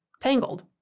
tangled